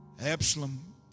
Absalom